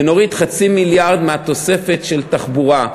ונוריד 0.5 מיליארד מהתוספת של התחבורה.